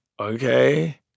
okay